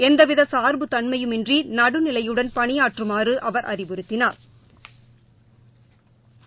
எந்தவிதசாா்பு தன்மையுமின்றிநடுநிலையுடன் பணியாற்றுமாறுஅவா் அறிவுறுத்தினாா்